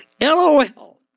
LOL